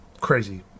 crazy